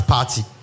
Party